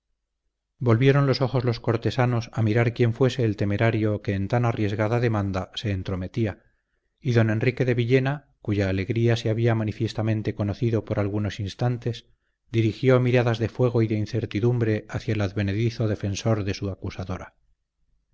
volvieron los ojos los cortesanos a mirar quién fuese el temerario que en tan arriesgada demanda se entrometía y don enrique de villena cuya alegría se había manifiestamente conocido por algunos instantes dirigió miradas de fuego y de incertidumbre hacia el advenedizo defensor de su acusadora